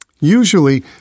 Usually